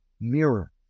mirror